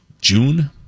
June